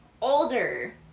older